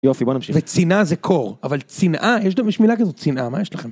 יופי בוא נמשיך. וצינה זה קור, אבל צנעה, יש מילה כזאת, צנעה, מה יש לכם?